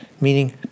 meaning